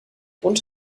und